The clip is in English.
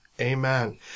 Amen